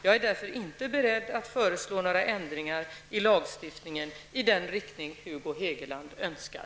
Jag är därför inte beredd att föreslå några ändringar i lagstiftningen i den riktning Hugo Hegeland önskar.